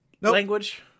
language